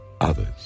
others